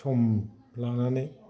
सम लानानै